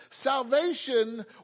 Salvation